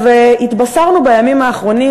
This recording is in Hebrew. התבשרנו בימים האחרונים,